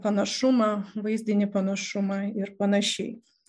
panašumą vaizdinį panašumą ir panašiai